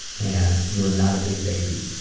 and, you're not a big baby.